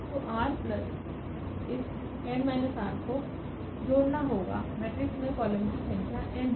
तो r plus इस𝑛 𝑟को जोड़ना होगा मेट्रिक्स में कॉलम की संख्या n है